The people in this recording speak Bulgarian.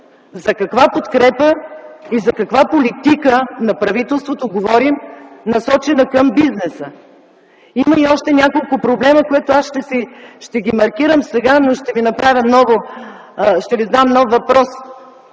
За каква подкрепа и за каква политика на правителството говорим, насочена към бизнеса?! Има още няколко проблема, които аз ще маркирам сега, но ще Ви задам нов въпрос